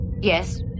Yes